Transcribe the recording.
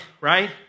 right